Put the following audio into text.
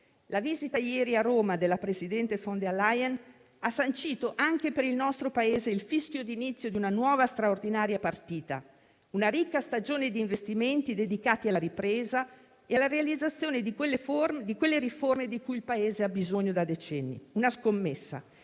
La visita ieri a Roma della presidente von der Leyen ha sancito anche per il nostro Paese il fischio di inizio di una nuova straordinaria partita, una ricca stagione di investimenti dedicati alla ripresa e alla realizzazione di quelle riforme di cui il Paese ha bisogno da decenni. È una scommessa